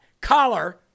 collar